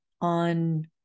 on